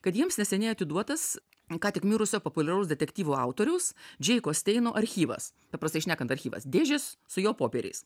kad jiems neseniai atiduotas ką tik mirusio populiaraus detektyvų autoriaus džeiko steino archyvas paprastai šnekant archyvas dėžės su jo popieriais